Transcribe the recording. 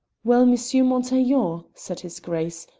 well, monsieur montaiglon, said his grace,